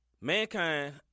Mankind